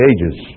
Ages